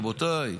רבותיי,